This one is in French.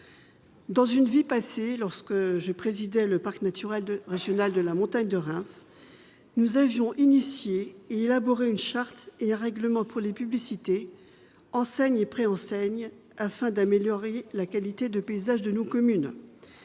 Dans une vie antérieure, lorsque je présidais le parc naturel régional de la Montagne de Reims, j'ai participé à la création et à l'élaboration d'une charte et d'un règlement pour les publicités, enseignes et préenseignes, afin d'améliorer la qualité des paysages de nos communes.